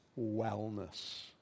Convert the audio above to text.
wellness